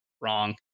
Wrong